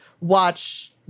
watch